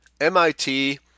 MIT